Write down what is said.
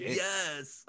yes